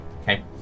Okay